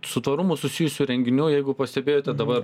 su tvarumu susijusių renginių jeigu pastebėjote dabar